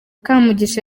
kamugisha